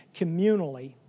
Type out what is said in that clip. communally